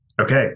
Okay